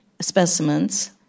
specimens